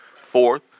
fourth